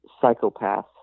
psychopath